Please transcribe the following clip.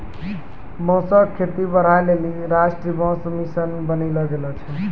बांसो क खेती बढ़ाय लेलि राष्ट्रीय बांस मिशन बनैलो गेलो छै